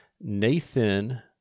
Nathan